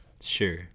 sure